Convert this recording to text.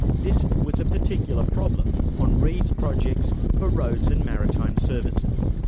this was a particular problem on reed's projects for roads and maritime services.